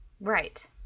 Right